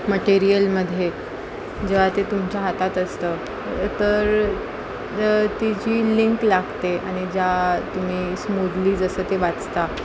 मटेरियलमध्ये जेव्हा ते तुमच्या हातात असतं तर तर तिची लिंक लागते आणि ज्या तुम्ही स्मूधली जसं ते वाचता